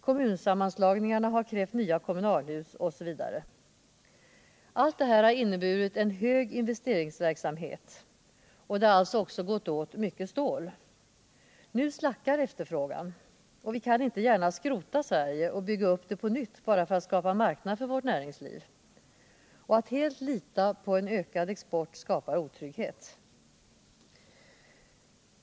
Kommunsammanslagningarna har krävt nya kommunalhus osv. Allt detta har inneburit en hög investeringsverksamhet, och det har alltså gått åt mycket stål. Nu minskar efterfrågan. Men vi kan inte gärna skrota Sverige och bygga upp det på nytt bara för att skapa marknad för vårt näringsliv. Att helt lita till ökad export skapar otrygghet.